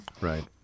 Right